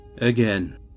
Again